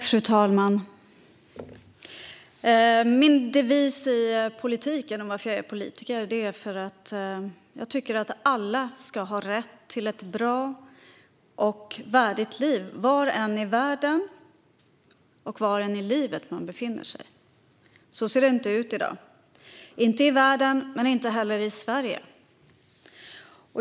Fru talman! Min devis i politiken och anledningen till att jag är politiker är att jag tycker att alla ska ha rätt till ett bra och värdigt liv var än i världen och var än i livet man befinner sig. Så ser det inte ut i dag - inte i världen men inte heller i Sverige.